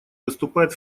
выступает